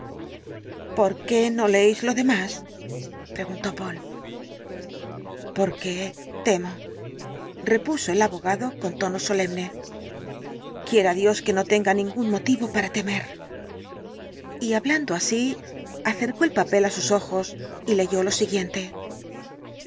por qué no leéis lo demás preguntó poole porque temo repuso el abogado con tono solemne quiera dios que no tenga ningún motivo para temer y hablando así acercó el papel á sus ojos y leyó lo siguiente